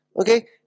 okay